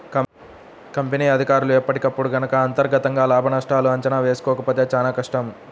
company అధికారులు ఎప్పటికప్పుడు గనక అంతర్గతంగా లాభనష్టాల అంచనా వేసుకోకపోతే చానా కష్టం